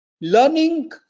Learning